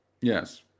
yes